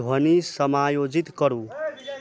ध्वनि समायोजित करु